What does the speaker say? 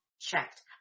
checked